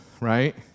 right